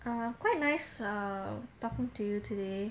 a quite nice talking to you today